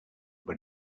but